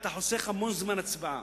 אתה חוסך המון זמן הצבעה.